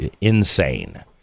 insane